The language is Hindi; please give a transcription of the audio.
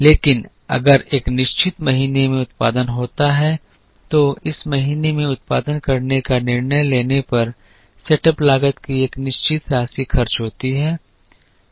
लेकिन अगर एक निश्चित महीने में उत्पादन होता है तो इस महीने में उत्पादन करने का निर्णय लेने पर सेटअप लागत की एक निश्चित राशि खर्च होती है